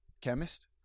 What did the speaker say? Chemist